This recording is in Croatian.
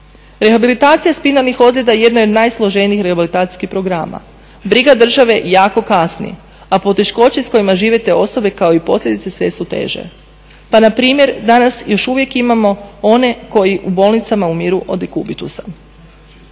Rehabilitacija spinalnih ozljeda jedno je od najsloženijih rehabilitacijskih programa. Briga države jako kasni, a poteškoće s kojima žive te osobe kao i posljedice sve su teže. Pa npr. danas još uvijek imamo one koji u bolnicama umiru od dekubitusa.